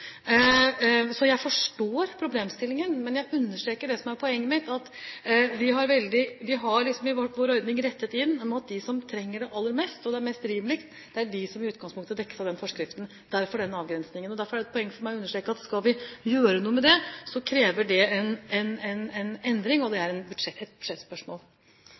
Jeg forstår problemstillingen. Men jeg understreker det som er poenget mitt: Vår ordning er rettet inn mot at de som trenger det aller mest, er de som i utgangspunktet dekkes av den forskriften – derfor den avgrensningen. Derfor er det et poeng for meg å understreke at skal vi gjøre noe med det, krever det en endring, og det er et budsjettspørsmål. Jeg støtter jo statsråden i veldig mye av det hun sier, at de som trenger det aller mest, skal få det. I dette tilfellet er